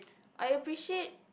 I appreciate